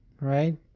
right